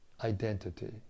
identity